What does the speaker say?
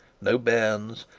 no bairns,